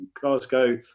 Glasgow